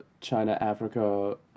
China-Africa